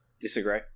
Disagree